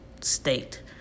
state